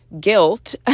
guilt